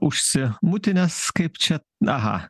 užsimutinęs kaip čia aha